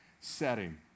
setting